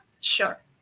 sure